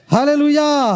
Hallelujah